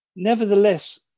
Nevertheless